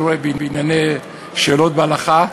אני רואה, בענייני שאלות בהלכה,